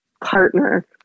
partner